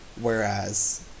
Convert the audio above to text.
whereas